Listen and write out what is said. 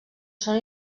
són